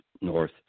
north